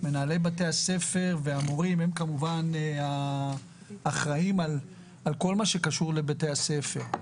מנהלי בתי הספר והמורים הם כמובן האחראים על כל מה שקשור לבתי הספר.